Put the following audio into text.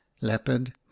leopard